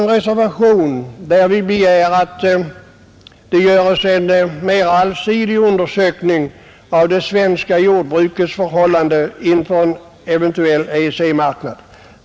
I reservationen 2 har vi sedan begärt att det skall göras en mera allsidig utredning om det svenska jordbrukets situation vid en eventuell EEC-anslutning.